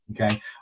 Okay